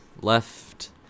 left